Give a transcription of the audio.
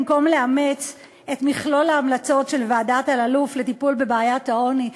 במקום לאמץ את מכלול ההמלצות של ועדת אלאלוף לטיפול בבעיית העוני,